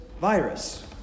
virus